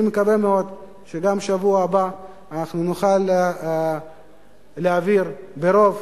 אני מקווה מאוד שבשבוע הבא אנחנו גם נוכל להעביר ברוב